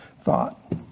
thought